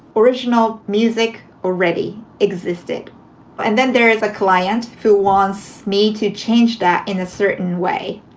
original music already existed and then there is a client who wants me to change that in a certain way.